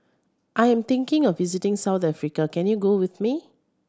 I'm thinking of visiting South Africa can you go with me